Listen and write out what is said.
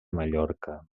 mallorca